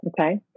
Okay